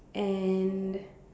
and